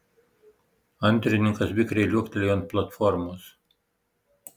antrininkas vikriai liuoktelėjo ant platformos